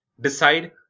Decide